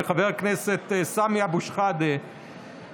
וחבר הכנסת סמי אבו שחאדה,